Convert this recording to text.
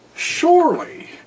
Surely